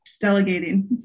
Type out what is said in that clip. Delegating